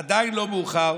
עדיין לא מאוחר.